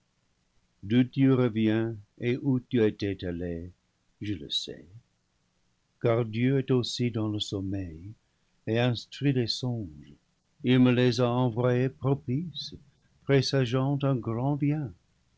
reviens et où tu était allé je le sais car dieu est aussi dans le sommeil et instruit les songes il me les a en voyés propices présageant un grand bien